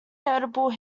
notable